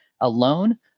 alone